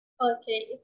Okay